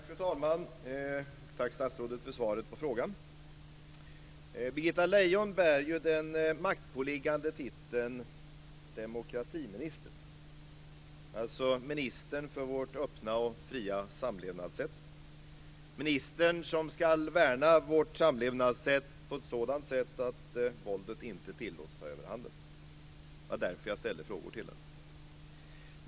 Fru talman! Tack statsrådet för svaret på interpellationen. Britta Lejon bär ju den maktpåliggande titeln demokratiminister, alltså ministern för vårt öppna och fria samlevnadssätt, ministern som ska värna vårt samlevnadssätt på ett sådant sätt att våldet inte tillåts ta överhanden. Det var därför som jag ställde interpellationen till henne.